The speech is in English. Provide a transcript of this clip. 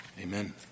Amen